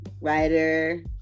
writer